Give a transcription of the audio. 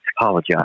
apologize